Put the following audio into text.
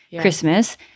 Christmas